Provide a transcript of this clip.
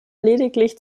lediglich